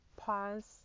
Pause